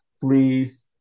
Please